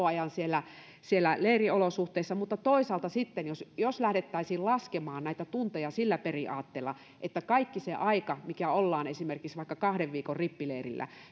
ajan siellä siellä leiriolosuhteissa mutta toisaalta sitten jos jos lähdettäisiin laskemaan näitä tunteja sillä periaatteella että kaikki se aika mikä ollaan esimerkiksi kahden viikon rippileirillä